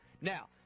now